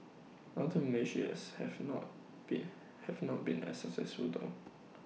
other measures have not been have not been as successful though